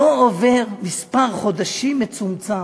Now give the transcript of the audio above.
לא עובר מספר חודשים מצומצם,